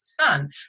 son